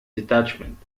detachment